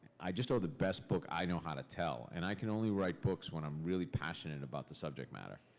i just owe the best book i know how to tell, and i can only write books when i'm really passionate about the subject matter.